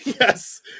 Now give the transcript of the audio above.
Yes